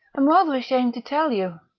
i'm rather ashamed to tell you.